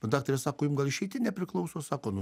bet daktare sako jum gal išeitinė priklauso sako nu